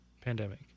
pandemic